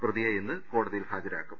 പ്രതിയെ ഇന്ന് കോടതിയിൽ ഹാജരാക്കും